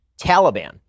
Taliban